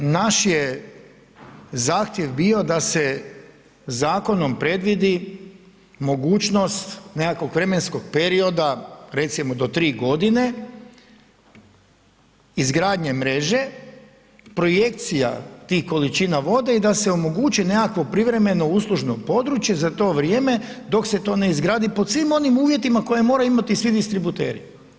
Naš je zahtjev bio da se zakonom predvidi mogućnost nekakvog vremenskog perioda, recimo do 3 godine izgradnje mreže projekcija tih količina vode i da se omogući nekakvo privremeno uslužno područje za to vrijeme dok se to ne izgradi, pod svim onim uvjetima koje moraju imati svi distributeri.